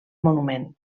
monument